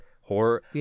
horror